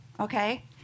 Okay